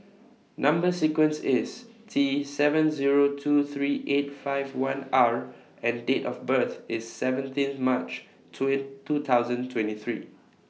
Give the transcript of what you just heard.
Number sequence IS T seven Zero two three eight five one R and Date of birth IS seventeen March two thousand twenty three